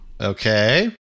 Okay